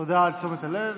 תודה על תשומת הלב.